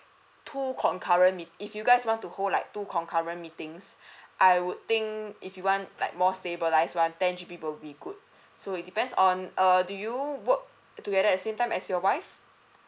two concurrent meet~ if you guys want to hold like two concurrent meetings I would think if you want like more stabilise one ten G_B would be good so it depends on err do you work together at same time as your wife